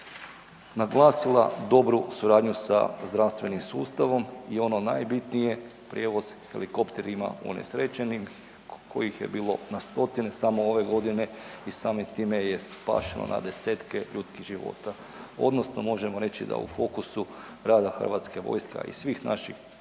naglasila dobru suradnju sa zdravstvenim sustavom i ono najbitnije, prijevoz helikopterima unesrećenim koji he bilo na stotine samo ove godine i samim time je spašeno na desetke ljudskih života odnosno možemo reći da u fokusu rada hrvatske vojske a i svih naših